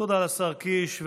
תודה לשר קיש.